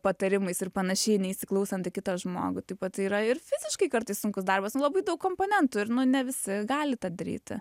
patarimais ir panašiai neįsiklausant į kitą žmogų taip pat yra ir fiziškai kartais sunkus darbas nu labai daug komponentų ir ne visi gali tą daryti